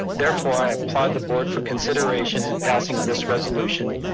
therefore, i applaud the board for consideration and passing of this resolution,